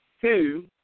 Two